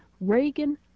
Reagan